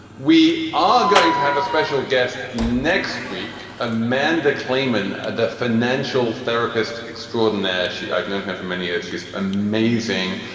we are going to have a special guest next week. amanda kliman, a financial therapist extraordinaire. she i've known her for many years. she's amazing.